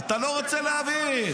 אתה לא רוצה להבין.